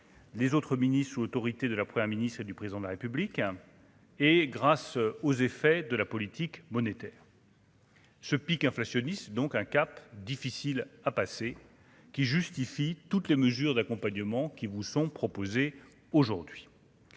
Les autres mini-sous autorité de la Première ministre et du président de la République et grâce aux effets de la politique monétaire. Ce pic inflationniste, donc un cap difficile à passer, qui justifie toutes les mesures d'accompagnement qui vous sont proposés aujourd'hui